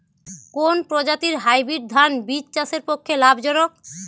কোন প্রজাতীর হাইব্রিড ধান বীজ চাষের পক্ষে লাভজনক?